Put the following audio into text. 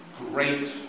great